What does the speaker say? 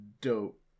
dope